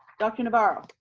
dr. navarro?